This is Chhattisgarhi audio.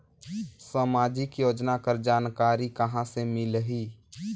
समाजिक योजना कर जानकारी कहाँ से मिलही?